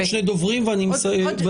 כי יש עוד שני דוברים ואני מסיים את הדיון.